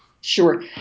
Sure